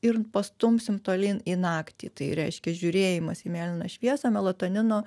ir pastumsim tolyn į naktį tai reiškia žiūrėjimas į mėlyną šviesą melatonino